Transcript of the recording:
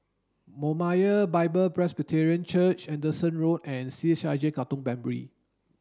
Moriah Bible Presby Church Anderson Road and C H I J Katong Primary